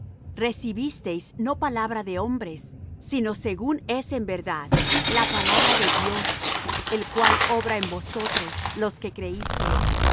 recibisteis no palabra de hombres sino según es en verdad la palabra de dios el cual obra en vosotros los que creísteis